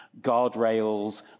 guardrails